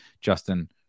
Justin